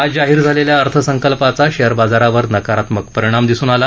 आज जाहीर झालेल्या अर्थसंकल्पाचा शेअर बाजारावर नकारात्मक परिणाम दिसून आला